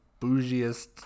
bougiest